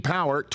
Power